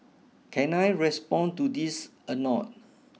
can I respond to this anot